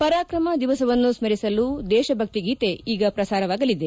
ಪರಾಕ್ರಮ ದಿವಸವನ್ನು ಸ್ಪರಿಸಲು ದೇಶಭಕ್ತಿ ಗೀತೆ ಈ ಪ್ರಸಾರವಾಗಲಿದೆ